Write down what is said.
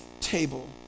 table